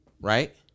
Right